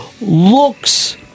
looks